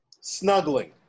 Snuggling